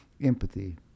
Empathy